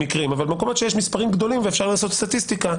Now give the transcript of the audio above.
אבל במקומות שיש מספרים גדולים ואפשר לאסוף סטטיסטיקה,